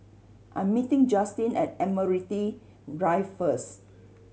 I am meeting Justine at Admiralty Drive first